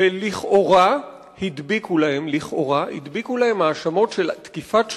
ולכאורה הדביקו להם האשמות של תקיפת שוטרים,